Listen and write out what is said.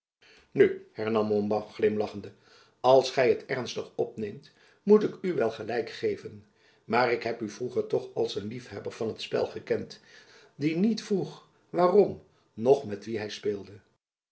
nu hernam montbas glimlachende als gy t ernstig opneemt moet ik u wel gelijk geven maar ik heb u vroeger toch als een liefhebber van t spel gekend die niet vroeg waarom noch met wien hy speelde